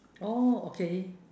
oh okay